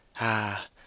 Ah